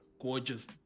gorgeous